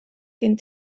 gen